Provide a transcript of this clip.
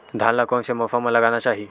धान ल कोन से मौसम म लगाना चहिए?